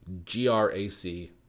GRAC